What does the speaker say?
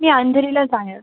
मी अंधेरीला जाएल